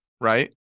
right